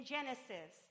Genesis